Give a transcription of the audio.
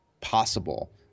possible